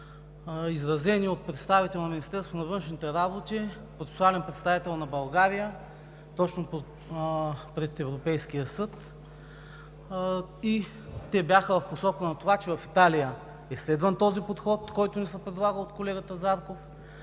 изразени от представителя на Министерството на външните работи – постоянен представител на България точно пред Европейския съд. Бяха в посока на това, че в Италия е следван подходът, който ни се предлага от колегата Зарков,